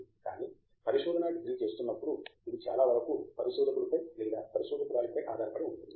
కానీ పరిశోధనా డిగ్రీ చేస్తునప్పుడు ఇది చాలా వరకు పరిశోధకుడిపై లేదా పరిశోధకురాలి పై ఆధారపడి ఉంటుంది